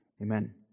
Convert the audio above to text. amen